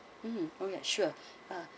mmhmm oh yeah sure uh